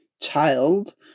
child